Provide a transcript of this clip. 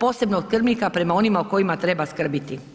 posebnog skrbnika prema onima o kojima treba skrbiti.